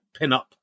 pinup